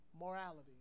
morality